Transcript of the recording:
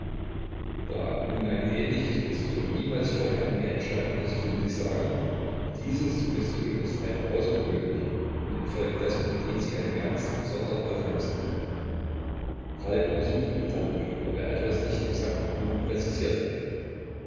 da nun eine ähnliche suggestion niemals vorher in mir entstanden ist so muß ich sagen diese suggestion ist eine außergewöhnliche und in folge dessen verdient sie eine ganz besondere aufmerksamkeit falk untersuchte pedantisch ob er etwas nicht exakt genug präzisiert habe